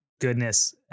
goodness